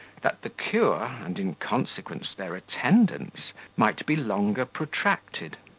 that the cure, and in consequence their attendance, might be longer protracted.